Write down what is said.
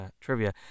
trivia